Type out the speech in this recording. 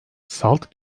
salt